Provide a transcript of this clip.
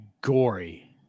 gory